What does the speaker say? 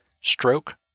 stroke